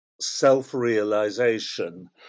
self-realization